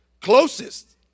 closest